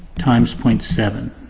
times point seven.